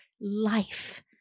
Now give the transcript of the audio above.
life